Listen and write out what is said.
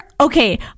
okay